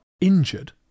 injured